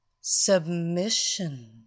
Submission